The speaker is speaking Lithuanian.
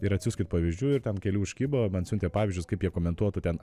ir atsiųskit pavyzdžių ir ten keli užkibo man atsiuntė pavyzdžius kaip jie komentuotų ten